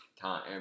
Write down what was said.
time